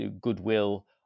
goodwill